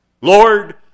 Lord